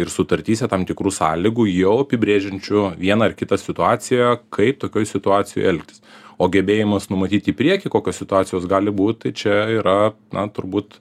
ir sutartyse tam tikrų sąlygų jau apibrėžiančių vieną ar kitą situaciją kaip tokioj situacijoj elgtis o gebėjimas numatyti į priekį kokios situacijos gali būt tai čia yra na turbūt